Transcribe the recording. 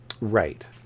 Right